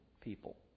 people